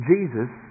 Jesus